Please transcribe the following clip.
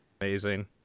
Amazing